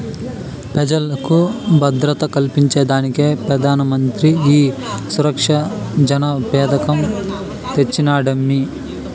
పెజలకు భద్రత కల్పించేదానికే పెదానమంత్రి ఈ సురక్ష జన పెదకం తెచ్చినాడమ్మీ